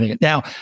Now